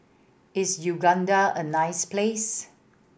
is Uganda a nice place